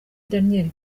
daniel